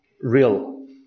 real